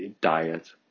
diet